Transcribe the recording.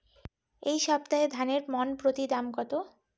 এই সপ্তাহে ধানের মন প্রতি দাম কত?